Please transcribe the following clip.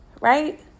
Right